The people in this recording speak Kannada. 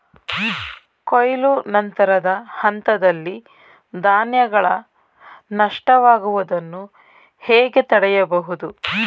ಕೊಯ್ಲು ನಂತರದ ಹಂತದಲ್ಲಿ ಧಾನ್ಯಗಳ ನಷ್ಟವಾಗುವುದನ್ನು ಹೇಗೆ ತಡೆಯಬಹುದು?